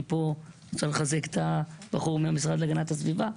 אני רוצה לחזק את הבחור מהמשרד להגנת הסביבה,